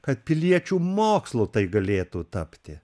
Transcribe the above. kad piliečių mokslu tai galėtų tapti